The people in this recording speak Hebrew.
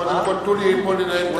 ככה הממשלה הזאת